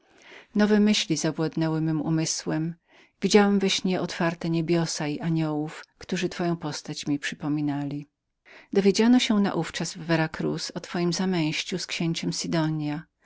nowe myśli zawładnęły mym umysłem widziałem we śnie otwarte niebiosa i aniołów którzy wprawdzie twoją postać mi przypominali dowiedziano się naówczas w vera cruz o twojem zamęźciu z księciem sidonia